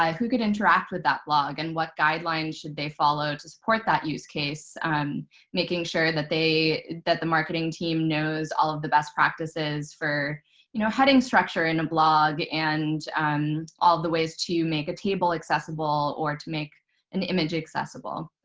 um who could interact with that blog and what guidelines should they follow to support that use case making sure that the marketing team knows all of the best practices for you know heading structure in a blog and um all the ways to make a table accessible or to make an image accessible.